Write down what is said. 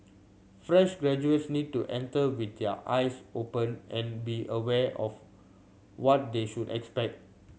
fresh graduates need to enter with their eyes open and be aware of what they should expect